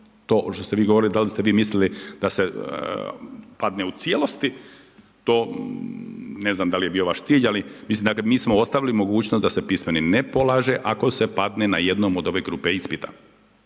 ovo što ste vi govorili, da li ste vi mislili da se padne u cijelosti, to ne znam da li je bio vaš cilj ali mislim dakle mi smo ostavili mogućnost da se pismeni ne polaže ako se padne na jednom od ove grupe ispita.